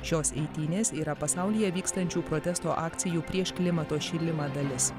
šios eitynės yra pasaulyje vykstančių protesto akcijų prieš klimato šilimą dalis